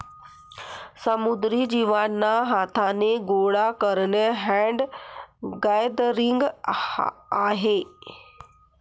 समुद्री जीवांना हाथाने गोडा करणे हैंड गैदरिंग आहे